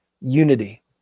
unity